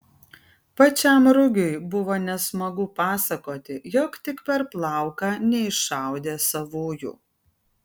pačiam rugiui buvo nesmagu pasakoti jog tik per plauką neiššaudė savųjų